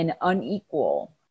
unequal